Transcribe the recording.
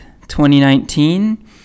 2019